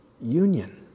union